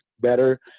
better